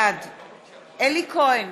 בעד אלי כהן,